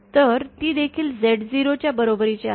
तर ते देखील Z0 च्या बरोबरीचे आहे